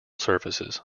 surfaces